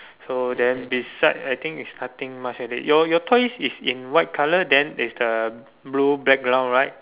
so then beside I think is cutting much have it your your toys is in white colour then is the blue background right